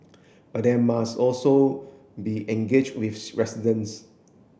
but there must also be engage with residents